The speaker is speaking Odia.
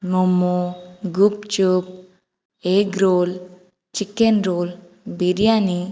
momo gupchup egg roll chicken roll biryani